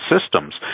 systems